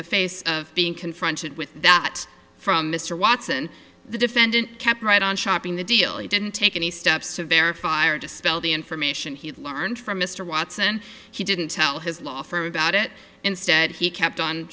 the face of being confronted with that from mr watson the defendant kept right on shopping the deal he didn't take any steps to verify or dispell the information he learned from mr watson he didn't tell his law firm about it instead he kept on